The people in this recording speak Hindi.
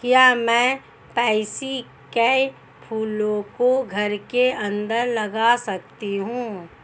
क्या मैं पैंसी कै फूलों को घर के अंदर लगा सकती हूं?